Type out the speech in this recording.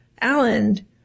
Alan